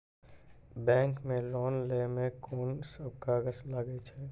Bank मे loan लै मे कोन सब कागज लागै छै?